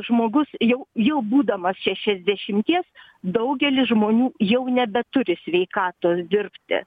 žmogus jau jau būdamas šešiasdešimties daugelis žmonių jau nebeturi sveikatos dirbti